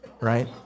right